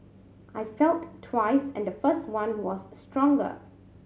I felt twice and the first one was stronger